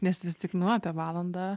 nes vis tik nu apie valandą